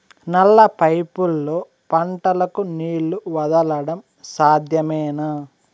నల్ల పైపుల్లో పంటలకు నీళ్లు వదలడం సాధ్యమేనా?